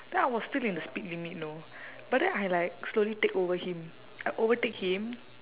then I was still in the speed limit know but then I like slowly take over him I overtake him